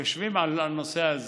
יושבים על הנושא הזה.